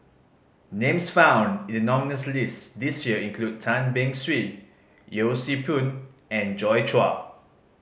names found in the nominees' list this year include Tan Beng Swee Yee Siew Pun and Joi Chua